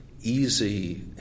easy